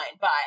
bye